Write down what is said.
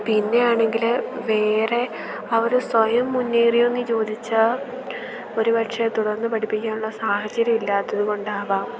പിന്നെ ആണെങ്കിൽ വേറെ ആ ഒരു സ്വയം മുന്നേറിയോ എന്നു ചോദിച്ചാൽ ഒരു പക്ഷേ തുടർന്നു പഠിപ്പിക്കാനുള്ള സാഹചര്യം ഇല്ലാത്തത് കൊണ്ടാവാം